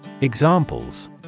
Examples